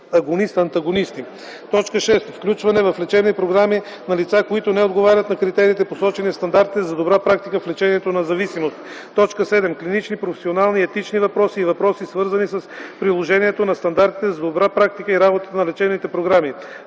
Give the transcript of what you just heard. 6. включване в лечебни програми на лица, които не отговарят на критериите, посочени в стандартите за добра практика в лечението на зависимости; 7. клинични, професионални, етични въпроси и въпроси, свързани с приложението на стандартите за добра практика и работата на лечебните програми.